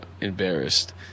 embarrassed